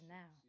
now